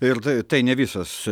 ir tai tai ne visas